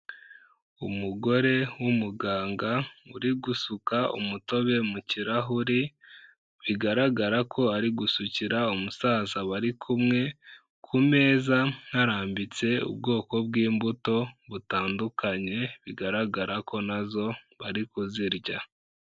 Umugore w'umuganga uri gusuka umutobe mu kirahure, bigaragara ko ari gusukira umusaza bari kumwe, ku meza harambitse ubwoko bw'imbuto butandukanye, bigaragara ko na zo bari kuzirya.